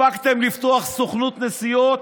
הספקתם לפתוח סוכנות נסיעות,